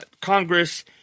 Congress